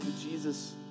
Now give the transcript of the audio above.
Jesus